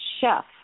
chef